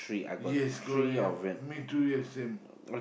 yes correct yup me too yes same